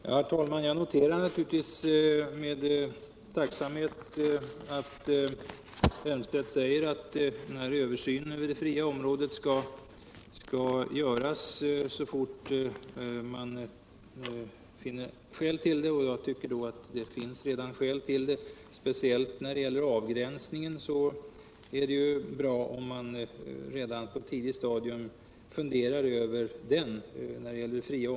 Herr talman! Jag noterar naturligtvis med tacksamhet att herr Elmstedt säger att denna översyn över det fria området skall göras så snart som man finner skäl till det, och jag tycker att det redan föreligger sådana skäl. Speciellt - Nr 150 när det gäller avgränsningen är det bra, om man redan på ett tidigt stadium tar Onsdagen den upp detta till övervägande.